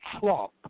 Trump